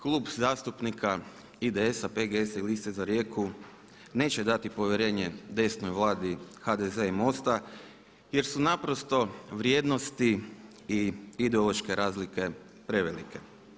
Klub zastupnika IDS-a, PGS-a i liste za Rijeku neće dati povjerenje desnoj Vladi HDZ i MOST-a jer su naprosto vrijednosti i ideološke razlike prevelike.